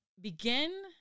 begin